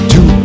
Two